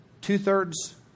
two-thirds